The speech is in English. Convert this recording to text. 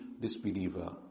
disbeliever